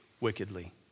Wickedly